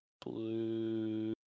blue